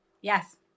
Yes